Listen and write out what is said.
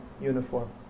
uniform